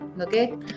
okay